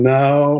now